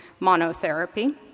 monotherapy